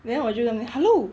then 我就那边 hello